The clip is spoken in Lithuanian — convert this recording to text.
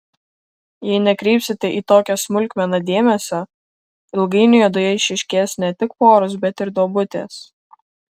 jei nekreipsite į tokią smulkmeną dėmesio ilgainiui odoje išryškės ne tik poros bet ir duobutės